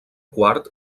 quart